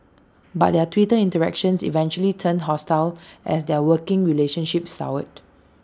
but their Twitter interactions eventually turned hostile as their working relationship soured